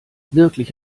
wirklich